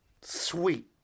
sweet